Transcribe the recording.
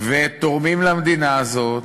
ותורמים למדינה הזאת.